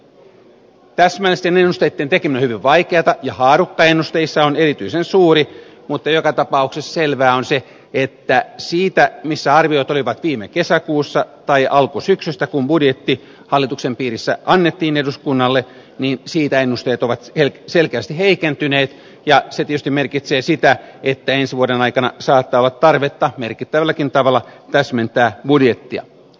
täsmällisten ennusteitten tekeminen on hyvin vaikeata ja haarukka ennusteissa on erityisen suuri mutta joka tapauksessa selvää on että siitä missä arviot olivat viime kesäkuussa tai alkusyksystä kun budjetti hallituksen piirissä annettiin eduskunnalle ennusteet ovat selkeästi heikentyneet ja se tietysti merkitsee sitä että ensi vuoden aikana saattaa olla tarvetta merkittävälläkin tavalla täsmentää budjettia